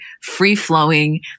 free-flowing